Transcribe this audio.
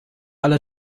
alle